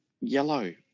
yellow